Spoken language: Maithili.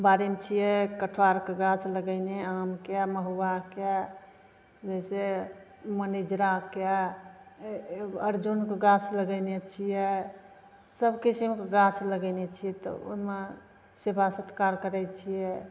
बाड़ीमे छियै कटहरके गाछ लगैने आमके महुआके जैसे मनेजराके अर्जुनके गाछ लगैने छियै सबकिछुके गाछ लगैने छियै तऽ ओहिमे सेबा सत्कार करैत छियै